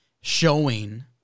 showing